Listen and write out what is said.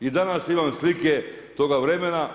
I danas imam slike toga vremena.